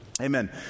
Amen